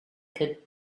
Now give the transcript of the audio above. could